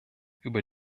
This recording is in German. über